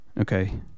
Okay